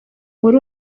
wari